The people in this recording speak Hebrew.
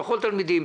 פחות תלמידים,